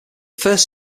first